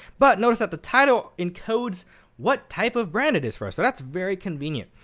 but notice that the title encodes what type of brand it is for us. so that's very convenient.